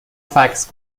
فکس